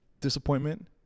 disappointment